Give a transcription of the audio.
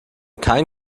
kein